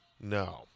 No